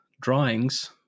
drawings